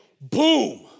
boom